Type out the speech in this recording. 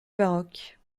baroque